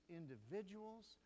individuals